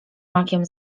makiem